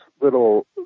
little